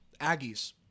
Aggies